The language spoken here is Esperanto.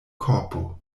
korpo